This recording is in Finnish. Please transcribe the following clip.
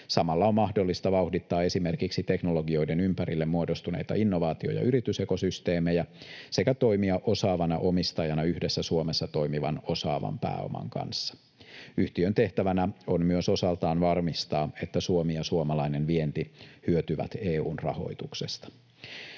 Samalla on mahdollista vauhdittaa esimerkiksi teknologioiden ympärille muodostuneita innovaatio- ja yritysekosysteemejä sekä toimia osaavana omistajana yhdessä Suomessa toimivan osaavan pääoman kanssa. Yhtiön tehtävänä on myös osaltaan varmistaa, että Suomi ja suomalainen vienti hyötyvät EU:n rahoituksesta.